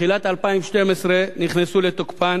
בתחילת 2012 נכנסו לתוקפן